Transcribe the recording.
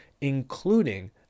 including